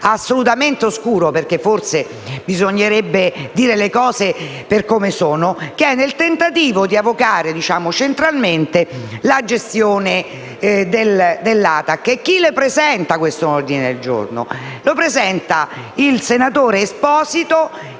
assolutamente oscuro - forse bisognerebbe dire le cose come sono - che va nel tentativo di avocare centralmente la gestione dell'ATAC. Chi presenta questo ordine del giorno? Lo presenta il senatore Stefano